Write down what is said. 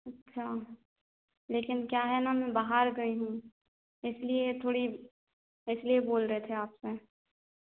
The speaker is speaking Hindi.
अच्छा लेकिन क्या है ना मैं बाहर गई हूँ इसलिए थोड़ी इसलिए बोल रहे थे आपसे